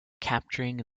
capturing